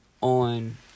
on